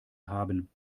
haben